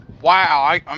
Wow